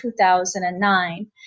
2009